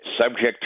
subject